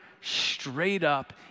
straight-up